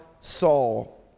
Saul